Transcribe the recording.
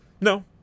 No